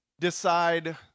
decide